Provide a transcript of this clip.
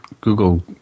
Google